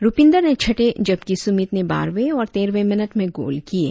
रुपिन्दर ने छठे जबकि सुमित ने बारहवें और तेरहवें मिनट में गोल किये